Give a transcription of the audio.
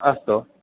अस्तु